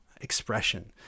expression